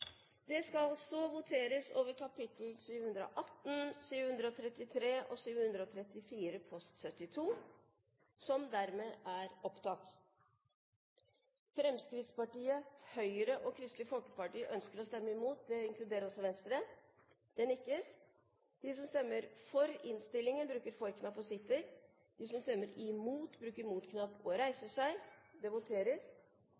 Det skal så voteres over kap. 718, 733 og 734 post 72. Fremskrittspartiet, Høyre og Kristelig Folkeparti ønsker å stemme imot. Det gjelder også Venstre? – Det nikkes. Presidenten hører fra sidelinjen at en av de andre presidentene mener at det er en sak som faktisk ikke har vært til behandling i dag, som